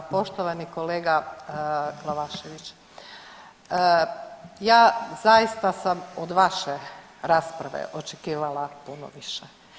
Poštovani kolega Glavašević, ja zaista sam od vaše rasprave očekivala puno više.